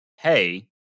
Hey